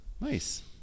nice